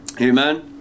Amen